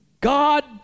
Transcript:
God